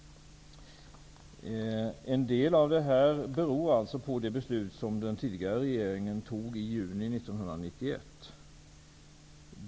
En del av det här beror alltså på det beslut som den tidigare regeringen fattade i juni 1991.